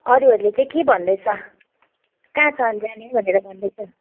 अरूहररूले चाहिँ के भन्दैछ कहाँसम्म जाने भनेर भन्दैछ